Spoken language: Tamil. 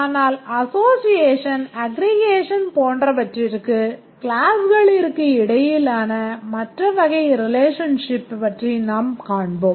ஆனால் association அஃகிரிகேஷன் போன்றவற்றிற்கு கிளாஸ்களிற்கு இடையிலான மற்ற வகை ரெலஷன்ஷிப் பற்றி நாம் காண்போம்